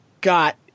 got